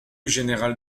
général